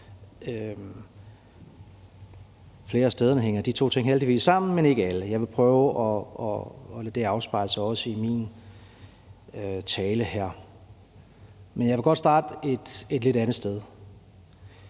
Flere af stederne hænger de to ting heldigvis sammen, men ikke alle. Jeg vil prøve at lade det afspejle sig også i min tale her. Men jeg vil godt starte et lidt andet sted.